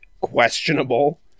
questionable